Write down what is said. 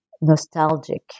nostalgic